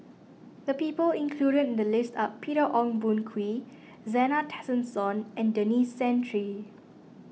the people included in the list are Peter Ong Boon Kwee Zena Tessensohn and Denis Santry